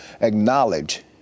acknowledge